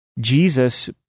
Jesus